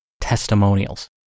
testimonials